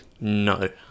No